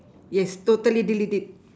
yes totally delete it